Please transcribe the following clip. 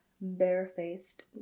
barefaced